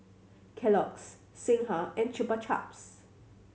Kellogg's Singha and Chupa Chups